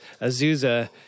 Azusa